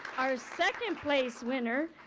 our second place winner,